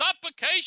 supplication